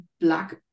black